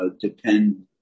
depend